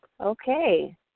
Okay